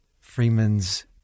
Freeman's